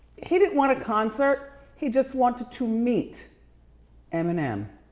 he didn't want a concert, he just wanted to meet eminem.